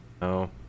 No